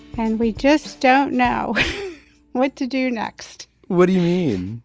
and we just don't know what to do next. what do you mean?